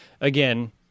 Again